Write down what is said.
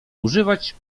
używać